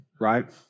right